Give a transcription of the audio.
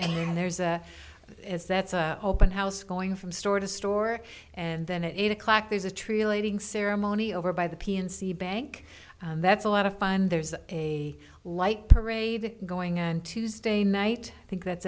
and there's a as that's a open house going from store to store and then it eight o'clock there's a tree lighting ceremony over by the p and c bank that's a lot of fun there's a light parade going on tuesday night i think that's